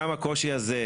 גם הקושי הזה,